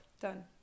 done